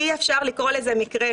אי אפשר לקרוא לזה מקרה,